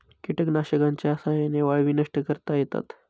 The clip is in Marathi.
कीटकनाशकांच्या साह्याने वाळवी नष्ट करता येतात